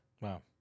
Wow